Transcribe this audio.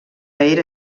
era